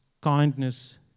kindness